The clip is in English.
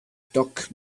doc